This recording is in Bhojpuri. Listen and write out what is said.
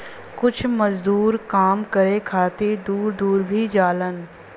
कुछ मजदूर काम करे खातिर दूर दूर भी जालन